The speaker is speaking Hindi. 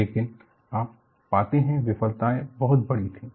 लेकिन आप पाते हैं विफलताएं बहुत बड़ी थीं